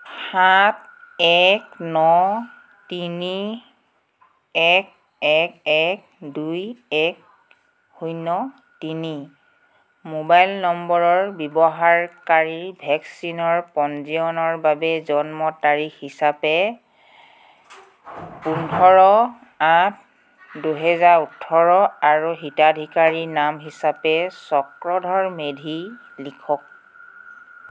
সাত এক ন তিনি এক এক এক দুই এক শূন্য তিনি মোবাইল নম্বৰৰ ব্যৱহাৰকাৰীৰ ভেকচিনৰ পঞ্জীয়নৰ বাবে জন্ম তাৰিখ হিচাপে পোন্ধৰ আঠ দুহেজাৰ ওঠৰ আৰু হিতাধিকাৰীৰ নাম হিচাপে চক্ৰধৰ মেধি লিখক